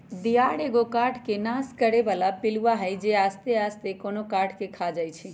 दियार एगो काठ के नाश करे बला पिलुआ हई जे आस्ते आस्ते कोनो काठ के ख़ा जाइ छइ